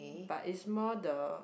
but is more the